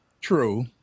True